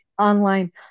online